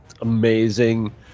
amazing